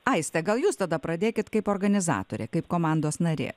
aiste gal jūs tada pradėkit kaip organizatorė kaip komandos narė